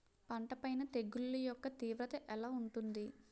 పంట పైన తెగుళ్లు యెక్క తీవ్రత ఎలా ఉంటుంది